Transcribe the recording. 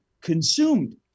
consumed